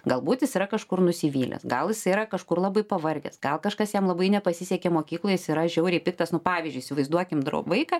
galbūt jis yra kažkur nusivylęs gal jisai yra kažkur labai pavargęs gal kažkas jam labai nepasisekė mokykloj jis yra žiauriai piktas nu pavyzdžiui įsivaizduokim dro vaiką